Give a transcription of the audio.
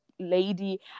lady